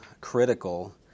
critical